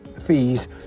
fees